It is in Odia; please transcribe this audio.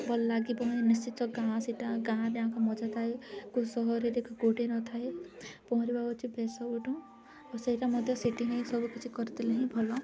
ଭଲ ଲାଗିବ ହିଁ ନିଶ୍ଚିତ ଗାଁ ସେଇଟା ଗାଁ ବି ଆଙ୍କ ମଜା ଥାଏ କେଉଁ ସହରରେ କି କେଉଁଠି ନଥାଏ ପହଁରିବା ହେଉଛି ବେଶ୍ ସବୁଠୁ ଆଉ ସେଇଟା ମଧ୍ୟ ସେଇଠି ହିଁ ସବୁ କିିଛି କରିଥିଲେ ହିଁ ଭଲ